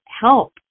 help